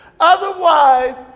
Otherwise